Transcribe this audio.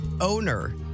Owner